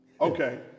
Okay